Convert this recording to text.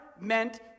meant